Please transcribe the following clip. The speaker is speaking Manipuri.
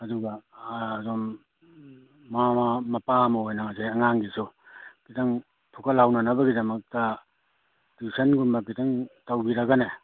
ꯑꯗꯨꯒ ꯑꯗꯨꯝ ꯃꯃꯥ ꯃꯄꯥ ꯑꯃ ꯑꯣꯏꯅ ꯉꯁꯥꯏ ꯑꯉꯥꯡꯒꯤꯁꯨ ꯈꯤꯇꯪ ꯐꯨꯀꯠꯍꯧꯅꯅꯕꯒꯤꯗꯃꯛꯇ ꯇ꯭ꯌꯨꯁꯟꯒꯨꯝꯕ ꯈꯤꯇꯪ ꯇꯧꯕꯤꯔꯒꯅꯦ